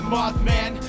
mothman